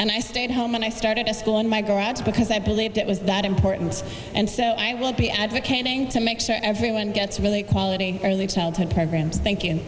and i stayed home and i started a school in my grads because i believed it was that important and so i will be advocating to make sure everyone gets really quality early childhood programs thank